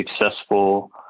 successful